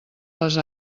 les